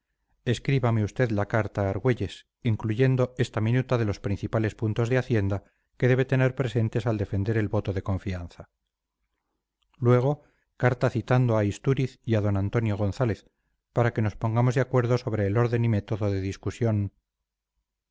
escríbame usted la carta a argüelles incluyendo esta minuta de los principales puntos de hacienda que debe tener presentes al defender el voto de confianza luego carta citando a istúriz y a d antonio gonzález para que nos pongamos de acuerdo sobre el orden y método de discusión